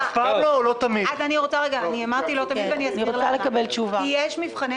זה בכל קופות החולים ולאו דווקא